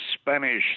Spanish